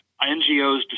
NGOs